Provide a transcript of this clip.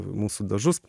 mūsų dažus